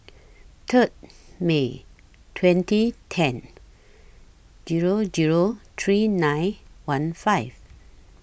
Third May twenty ten Zero Zero three nine one five